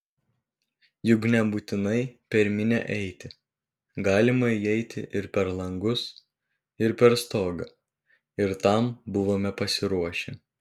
juk nebūtinai per minią eiti galima įeiti ir per langus ir per stogą ir tam buvome pasiruošę